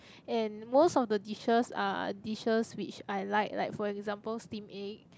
and most of the dishes are dishes which I like like for example steamed egg